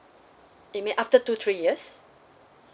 it may up to two three years